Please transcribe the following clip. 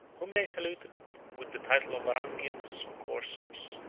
whom they saluted with the title of varangians or corsairs.